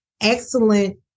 excellent